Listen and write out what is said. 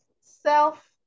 self